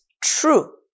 true